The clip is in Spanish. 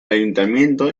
ayuntamiento